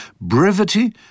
Brevity